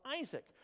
Isaac